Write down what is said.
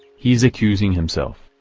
he's accusing himself.